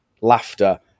laughter